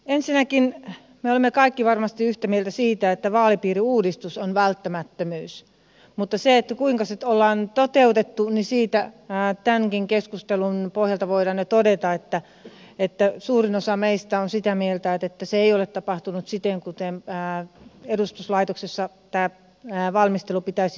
ensinnäkin me olemme kaikki varmasti yhtä mieltä siitä että vaalipiiriuudistus on välttämättömyys mutta siitä kuinka sitä on toteutettu tämänkin keskustelun pohjalta voidaan todeta että suurin osa meistä on sitä mieltä että se ei ole tapahtunut siten kuin edustuslaitoksessa tämän valmistelun pitäisi tapahtua